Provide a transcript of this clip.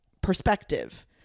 perspective